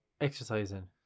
Exercising